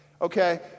okay